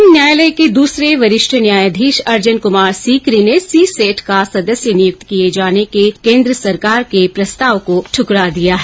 उच्चतम न्यायालय के दूसरे वरिष्ठ न्यायाधीश अर्जन कुमार सिकरी ने सीसैट का सदस्य नियुक्त किये जाने के केंद्र सरकार के प्रस्ताव को ठुकरा दिया है